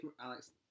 Alex